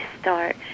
start